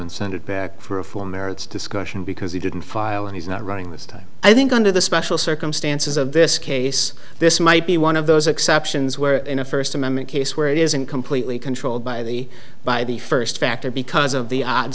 and send it back for a full merits discussion because he didn't file and he's not running this time i think under the special circumstances of this case this might be one of those exceptions where in a first amendment case where it isn't completely controlled by the by the first factor because of the odd